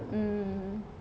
mm